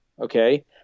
okay